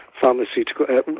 pharmaceutical